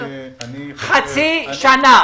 חצי שנה.